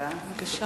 בבקשה.